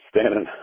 standing